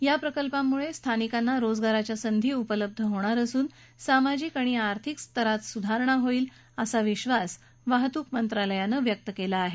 या प्रकल्पांमुळे स्थानिकांना रोजगाराच्या संधी उपलब्ध होणार असून सामाजिक आर्थिक स्तरात सुधारणा होईल असा विधास वाहतूक मंत्रालयानं व्यक्त केला आहे